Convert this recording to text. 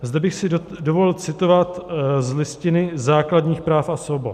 Zde bych si dovolil citovat z Listiny základních práv a svobod.